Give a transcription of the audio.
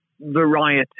variety